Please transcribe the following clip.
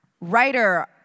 Writer